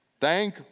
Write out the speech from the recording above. Thank